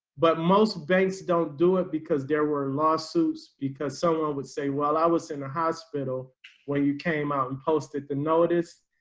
but most banks don't do it because there were lawsuits because someone would say, well, i was in the hospital when you came out and posted the notice.